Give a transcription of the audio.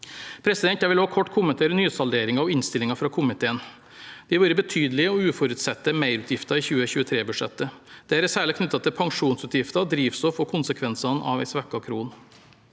partnere. Jeg vil også kort kommentere nysalderingen og innstillingen fra komiteen. Det har vært betydelige og uforutsette merutgifter i 2023-budsjettet. Dette er særlig knyttet til pensjonsutgifter, drivstoff og konsekvensene av en svekket krone.